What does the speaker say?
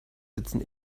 sitzen